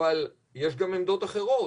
אבל יש גם עמדות אחרות.